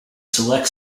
select